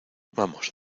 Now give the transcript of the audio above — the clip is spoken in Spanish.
vamos